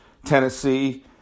Tennessee